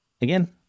again